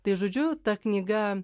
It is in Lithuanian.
tai žodžiu ta knyga